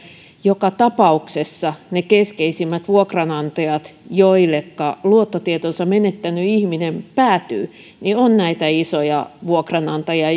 joka tapauksessa ne keskeisimmät vuokranantajat joilleka luottotietonsa menettänyt ihminen päätyy ovat näitä isoja vuokranantajia